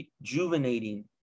rejuvenating